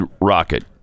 rocket